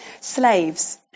Slaves